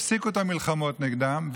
תפסיקו את המלחמות נגדם,